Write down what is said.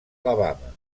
alabama